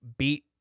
beat